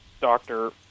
doctor